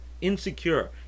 insecure